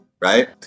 right